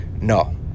No